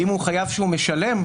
ואם הוא חייב שמשלם,